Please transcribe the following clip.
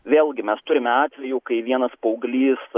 vėlgi mes turime atvejų kai vienas paauglys